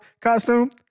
costume